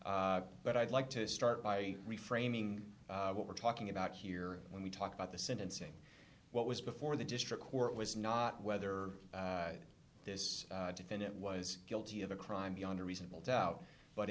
court but i'd like to start by reframing what we're talking about here when we talk about the sentencing what was before the district court was not whether this defendant was guilty of a crime beyond a reasonable doubt but